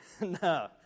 No